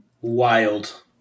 Wild